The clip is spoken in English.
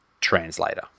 translator